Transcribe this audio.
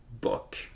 book